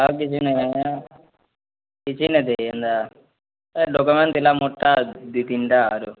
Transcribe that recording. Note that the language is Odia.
ଆର୍ କିଛି ନାଇଁ ଆଜ୍ଞା କିଛି ନାଇଁ ଥାଇ ଏନ୍ତା ଏ ଡକ୍ୟୁମେଣ୍ଟ୍ ଥିଲା ମୋର୍ଟା ଦୁଇ ତିିନ୍ଟା ଆରୁ